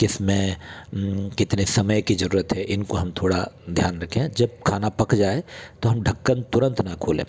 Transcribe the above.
किस में कितने समय की ज़रूरत है इनको हम थोड़ा ध्यान रखें जब खाना पक जाए तो हम ढक्कन तुरंत ना खोलें